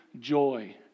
joy